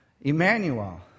Emmanuel